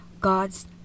God's